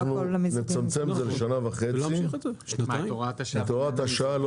אנחנו נצמצם את הוראת השעה לשנה וחצי,